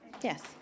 yes